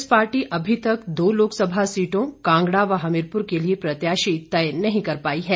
Congress party अभी तक दो लोकसभा सीटों कांगड़ा व हमीरपुर के लिए प्रत्याशी तय नहीं कर पाई है